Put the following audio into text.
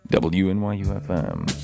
W-N-Y-U-F-M